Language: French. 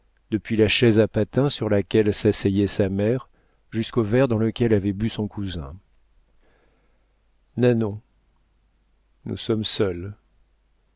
depuis la chaise à patins sur laquelle s'asseyait sa mère jusqu'au verre dans lequel avait bu son cousin nanon nous sommes seules